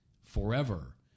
forever